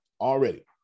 already